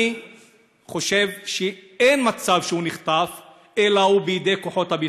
אני חושב שאין מצב שהוא נחטף אלא הוא בידי כוחות הביטחון.